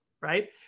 right